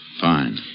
Fine